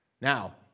Now